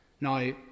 Now